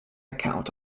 account